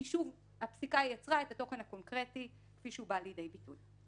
כי הפסיקה יצרה את התוכן הקונקרטי כפי שהוא בא לידי ביטוי.